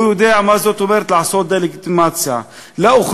הוא יודע מה זאת אומרת לעשות דה-לגיטימציה לאוכלוסייה,